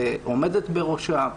עומדת בראשה.